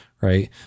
right